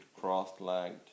cross-legged